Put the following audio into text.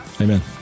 Amen